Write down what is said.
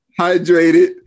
Hydrated